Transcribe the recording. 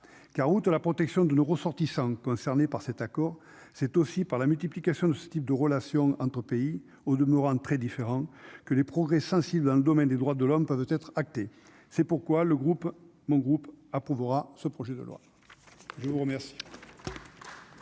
car ou de la protection de nos ressortissants concernés par cet accord, c'est aussi par la multiplication de ce type de relation entre pays, au demeurant très différent que les progrès sensible hein, le domaine des droits de l'homme peut être acté, c'est pourquoi le groupe mon groupe approuvera ce projet de loi, je vous remercie.